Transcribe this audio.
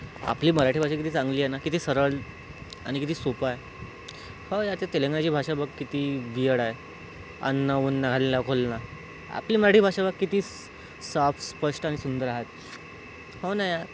आपली मराठी भाषा किती चांगली आहे ना किती सरळ आणि किती सोपं आहे हो या ते तेलंगणाची भाषा बघ किती विअर्ड आहे अन्न उन्न हलनं खुलनं आपली मराठी भाषा बघ किती स सॉफ स्पष्ट आणि सुंदर आहे हो ना यार